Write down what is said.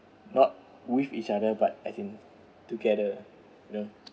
not with each other but as in together you know